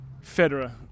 Federer